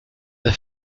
the